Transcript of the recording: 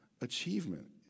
achievement